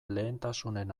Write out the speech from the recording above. lehentasunen